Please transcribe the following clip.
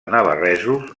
navarresos